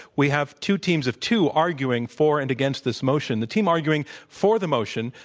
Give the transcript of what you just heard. we have two teams of two arguing for and against this motion. the team arguing for the motion,